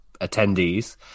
attendees